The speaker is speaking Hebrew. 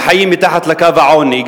וחיים מתחת לקו העוני,